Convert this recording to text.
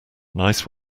nice